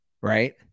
Right